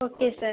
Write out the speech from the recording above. okay sir